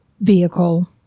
vehicle